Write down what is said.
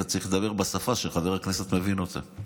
אתה צריך לדבר בשפה שחבר הכנסת מבין אותה.